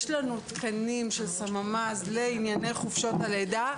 יש לנו תקנים של סממ"ז לענייני חופשות הלידה.